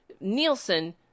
Nielsen